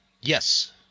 Yes